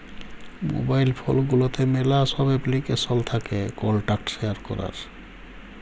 mobile phone গুলাতে ম্যালা ছব এপ্লিকেশল থ্যাকে কল্টাক্ট শেয়ার ক্যরার